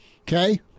Okay